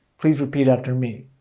please repeat after me.